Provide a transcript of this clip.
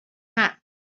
hatch